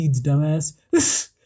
dumbass